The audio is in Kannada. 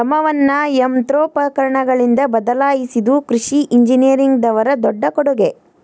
ಶ್ರಮವನ್ನಾ ಯಂತ್ರೋಪಕರಣಗಳಿಂದ ಬದಲಾಯಿಸಿದು ಕೃಷಿ ಇಂಜಿನಿಯರಿಂಗ್ ದವರ ದೊಡ್ಡ ಕೊಡುಗೆ